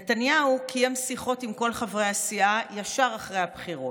נתניהו קיים שיחות עם כל חברי הסיעה ישר אחרי הבחירות.